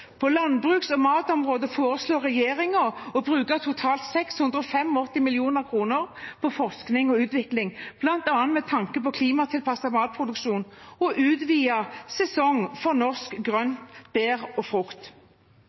På landbruks- og matområdet foreslår regjeringen å bruke totalt 685 mill. kr på forskning og utvikling, bl.a. med tanke på klimatilpasset matproduksjon og utvidet sesong for norsk grønt, bær og frukt.